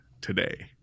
today